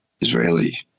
Israeli